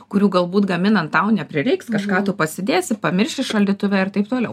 kurių galbūt gaminant tau neprireiks kažką tu pasidėsi pamiršti šaldytuve ir taip toliau